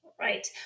Right